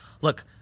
look